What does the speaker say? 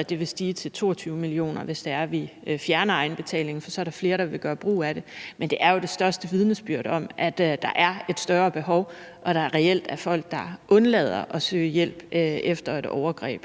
at det vil stige til 22 mio. kr., hvis det er, at vi fjerner egenbetalingen, for så er der flere, der vil gøre brug af det. Men det er jo det største vidnesbyrd om, at der er et større behov, og at der reelt er folk, der undlader at søge hjælp efter et overgreb,